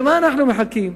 למה אנחנו מחכים?